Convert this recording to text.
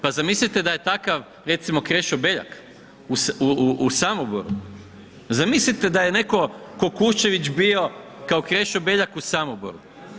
Pa zamislite da je takav recimo Krešo Beljak u Samoboru, zamislite da je netko ko Kuščević bio kao Krešo Beljak u Samoboru.